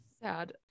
Sad